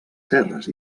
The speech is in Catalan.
serres